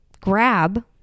grab